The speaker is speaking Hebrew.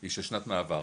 היא של שנת מעבר.